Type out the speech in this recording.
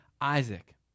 Isaac